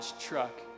truck